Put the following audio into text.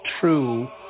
true